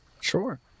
Sure